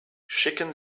schicken